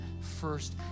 first